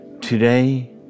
Today